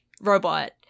robot